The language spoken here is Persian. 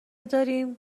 داریم